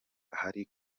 ahari